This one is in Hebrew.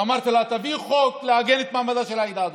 ואמרת לה: תביאי חוק לעגן את מעמדה של העדה הדרוזית.